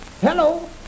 Hello